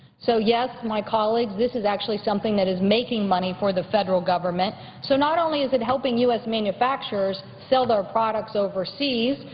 so yes, my colleagues, this is something that is making money for the federal government, so not only is it helping u s. manufacturers sell their products overseas,